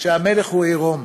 שהמלך הוא עירום.